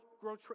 grow